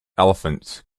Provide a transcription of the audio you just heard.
elephants